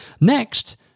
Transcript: Next